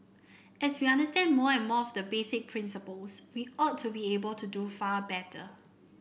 as we understand more and more of the basic principles we ought to be able to do far better